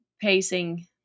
pacing